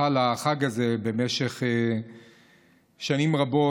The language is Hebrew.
חל החג הזה, במשך שנים רבות.